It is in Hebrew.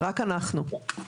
רק אנחנו.